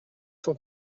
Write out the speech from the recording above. cent